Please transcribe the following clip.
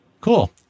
Cool